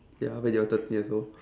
ya when you're thirty years old